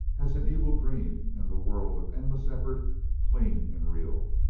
as an evil dream and the world of endless effort clean and real.